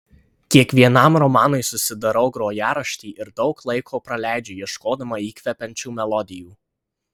kiekvienam romanui susidarau grojaraštį ir daug laiko praleidžiu ieškodama įkvepiančių melodijų